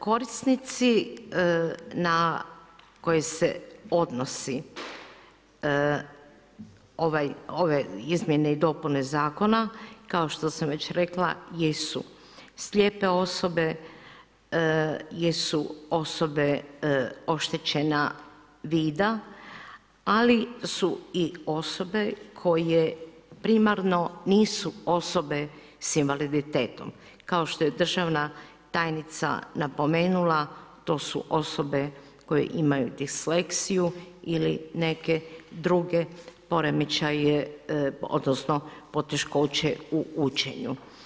Korisnici na koje se odnosi ove izmjene i dopune zakona kao što sam već rekla jesu, slijepe osobe jesu osobe oštećena vida, ali su i osobe koje primarno nisu osobe s invaliditetom, kao što je državna tajnica napomenula, to su osobe koje imaju disleksiju ili neke druge poremećaje odnosno poteškoće u učenju.